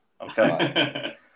okay